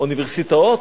אוניברסיטאות,